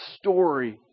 story